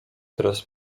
teraz